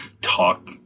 talk